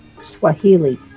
Swahili